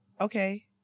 okay